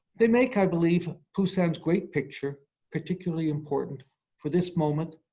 they make, i believe, poussin's great picture particularly important for this moment,